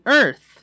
earth